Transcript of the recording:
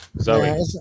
Zoe